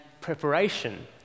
preparation